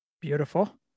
Beautiful